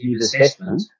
assessment